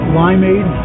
limeade